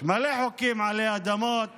יש מלא חוקים עלי אדמות